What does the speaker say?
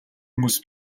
хүмүүс